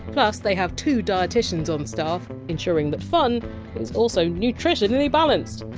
plus they have two dieticians on staff, ensuring that fun is also nutritionally balanced.